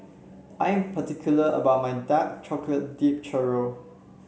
I am particular about my Dark Chocolate Dipped Churro